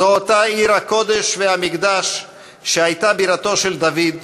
זו אותה עיר הקודש והמקדש שהייתה בירתו של דוד,